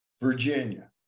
Virginia